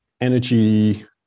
energy